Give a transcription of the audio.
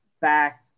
back